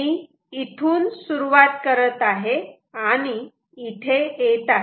मी इथून सुरुवात करत आहे आणि इथे येत आहे